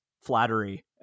flattery